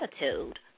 attitude